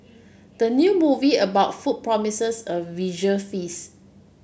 the new movie about food promises a visual